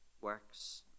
works